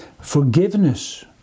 forgiveness